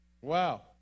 Wow